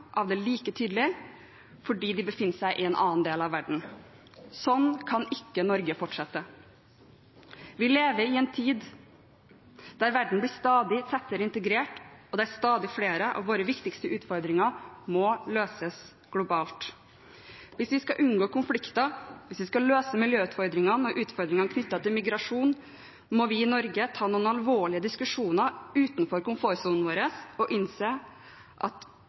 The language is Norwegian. av det like tydelig fordi de befinner seg i en annen del av verden. Sånn kan ikke Norge fortsette. Vi lever i en tid da verden blir stadig tettere integrert, og stadig flere av våre viktigste utfordringer må løses globalt. Hvis vi skal unngå konflikter, hvis vi skal løse miljøutfordringene og utfordringene knyttet til migrasjon, må vi i Norge ta noen alvorlige diskusjoner utenfor komfortsonen vår og innse at